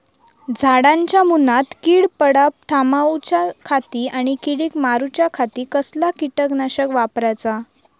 झाडांच्या मूनात कीड पडाप थामाउच्या खाती आणि किडीक मारूच्याखाती कसला किटकनाशक वापराचा?